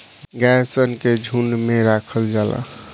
गाय सन के झुंड में राखल जाला